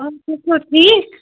تُہۍ چھُو ٹھیک